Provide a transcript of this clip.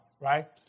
Right